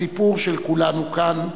הסיפור של כולנו כאן,